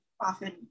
often